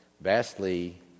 vastly